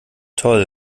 toll